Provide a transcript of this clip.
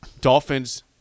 Dolphins